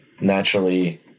naturally